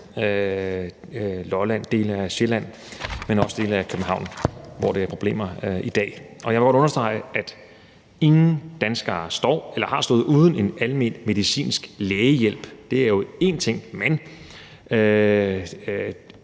Lolland, dele af Sjælland, men også dele af København, hvor der er problemer. Jeg vil godt understrege, at ingen danskere står eller har stået uden en almenmedicinsk lægehjælp. Det er jo én ting, men